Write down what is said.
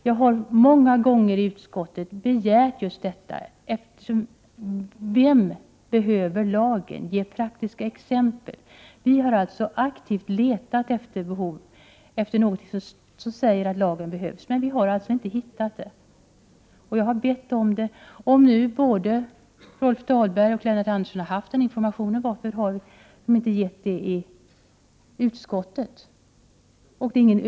Jag har många gånger i utskottet begärt att få den informationen. Ge några praktiska exempel på vem som behöver lagen! Vi miljöpartister har aktivt letat efter något skäl till att lagen behövs, men vi har inte funnit något. Jag har bett om sådana skäl. Om nu både Rolf Dahlberg och Lennart Andersson har haft den informationen, varför har de då inte givit den informationen i utskottet?